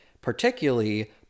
particularly